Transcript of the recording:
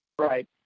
Right